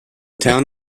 town